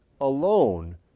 alone